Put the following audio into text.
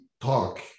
talk